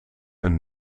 een